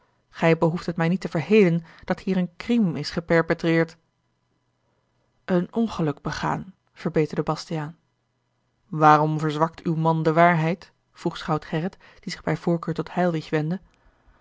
gij behoeft het mij niet te verhelen dat hier een crime is geperpetreerd een ongeluk begaan verbeterde astiaan aarom verzwakt uw man de waarheid vroeg schout gerrit die zich bij voorkeur tot heilwich wendde